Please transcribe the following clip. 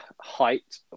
height